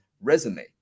resume